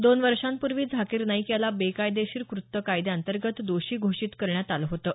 दोन वर्षांपूर्वी झाकीर नाईक याला बेकायदेशीर कृत्य कायद्यांतर्गत दोषी घोषित करण्यात आलं होतं